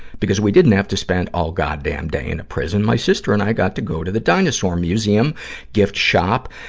because we didn't have to spend all goddamn day in a prison, my sister and i got to go to the dinosaur museum gift shop,